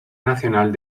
nacional